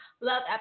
Love